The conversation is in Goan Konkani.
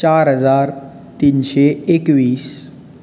चार हजार तिनशे एकवीस